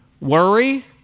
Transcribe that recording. Worry